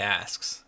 asks